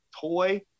toy